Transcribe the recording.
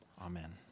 Amen